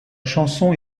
chanson